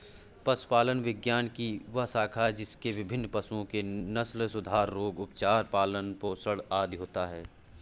पशुपालन विज्ञान की वह शाखा है जिसमें विभिन्न पशुओं के नस्लसुधार, रोग, उपचार, पालन पोषण आदि होता है